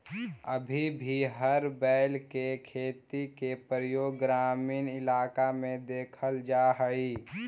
अभी भी हर बैल के खेती में प्रयोग ग्रामीण इलाक में देखल जा हई